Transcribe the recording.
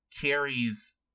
carries